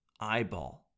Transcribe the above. eyeball